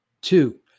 Two